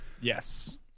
Yes